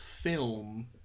film